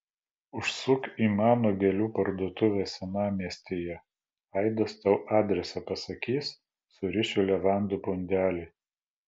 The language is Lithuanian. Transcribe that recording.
užsuk į mano gėlių parduotuvę senamiestyje aidas tau adresą pasakys surišiu levandų pundelį